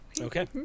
Okay